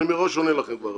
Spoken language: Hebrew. אני מראש אומר לכם את